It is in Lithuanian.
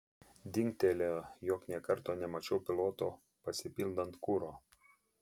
dingtelėjo jog nė karto nemačiau piloto pasipildant kuro